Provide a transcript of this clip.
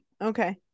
okay